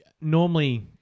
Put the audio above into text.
normally